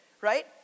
right